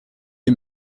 est